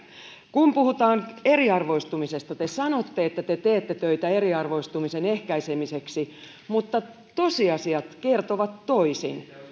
kun puhutaan eriarvoistumisesta te sanotte että te teette töitä eriarvoistumisen ehkäisemiseksi mutta tosiasiat kertovat toisin